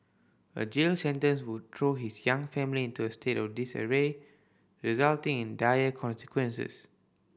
a jail sentence would throw his young family into a state of disarray resulting in dire consequences